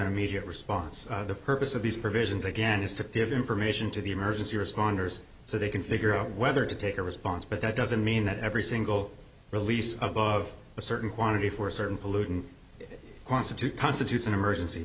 immediate response the purpose of these provisions again is to give information to the emergency responders so they can figure out whether to take a response but that doesn't mean that every single release above a certain quantity for certain pollutant constitute constitutes an emergency